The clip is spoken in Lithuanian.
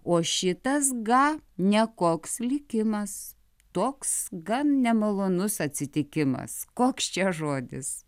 o šitas gą ne koks likimas toks gan nemalonus atsitikimas koks čia žodis